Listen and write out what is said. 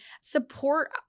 support